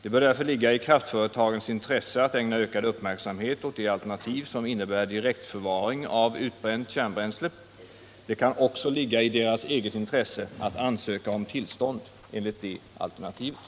Det bör därför ligga i kraftföretagens intresse att ägna ökad uppmärksamhet åt det alternativ som innebär direktförvaring av utbränt kärnbränsle. Det kan också ligga i deras eget intresse att ansöka om tillstånd enligt det alternativet.